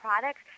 products